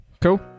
Cool